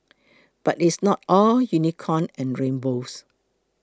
but it's not all unicorn and rainbows